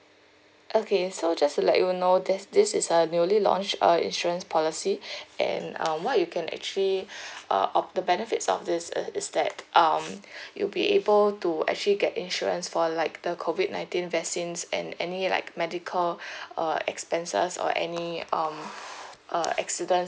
okay so just to let you know that this is a newly launched uh insurance policy and um what you can actually uh of the benefits of this uh is that um you'll be able to actually get insurance for like the COVID nineteen vaccines and any like medical uh expenses or any um uh accident